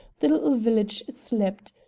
the little village slept,